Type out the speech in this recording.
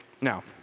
Now